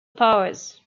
powers